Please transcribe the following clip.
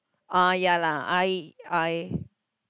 ah ya lah I I